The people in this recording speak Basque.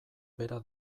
bera